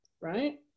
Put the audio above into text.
right